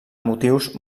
motius